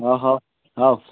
ꯑꯥ ꯍꯥꯎ ꯍꯥꯎ